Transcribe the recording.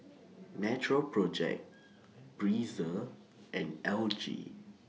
Natural Project Breezer and L G